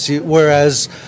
Whereas